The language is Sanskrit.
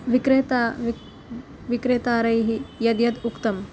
विक्रेता विक् विक्रेतारैः यद्यद् उक्तम्